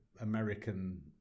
american